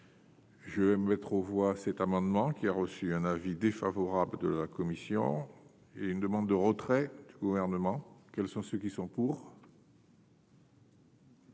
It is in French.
Je vais mettre aux voix cet amendement qui a reçu un avis défavorable de la commission et une demande de retrait du gouvernement. Quels sont ceux qui sont en